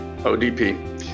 ODP